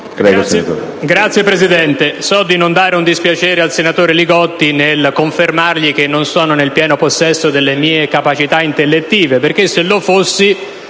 senatrice Poretti. So di non dare un dispiacere al senatore Li Gotti nel confermargli che non sono nel pieno possesso delle mie capacità intellettive, perché se lo fossi